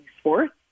sports